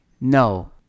No